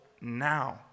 now